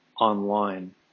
online